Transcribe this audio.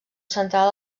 central